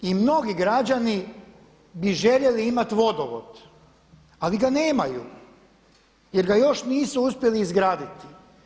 I mnogi građani bi željeli imati vodovod, ali ga nemaju jer ga još nisu uspjeli izgraditi.